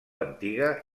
antiga